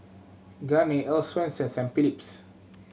Garnier Earl's Swensens and Philips